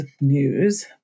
news